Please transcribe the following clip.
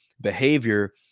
behavior